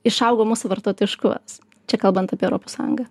išaugo mūsų vartotojiškumas čia kalbant apie europos sąjungą